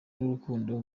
n’urukundo